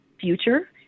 future